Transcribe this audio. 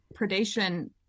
predation